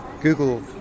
Google